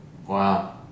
Wow